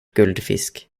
guldfisk